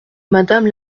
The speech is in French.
madame